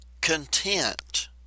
content